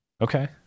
Okay